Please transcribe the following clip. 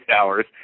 hours